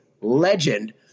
legend